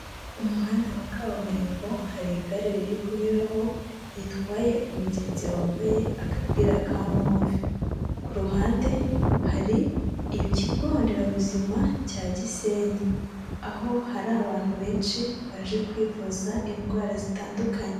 Umuhanda wa kaburimbo hari igare riri kunyuraho, ritwaye umugenzi wambaye agapira ka move, ku ruhande hari ikigo nderabuzima cya Gisenyi, aho hari abantu benshi baje kwivuza indwara zitandukanye.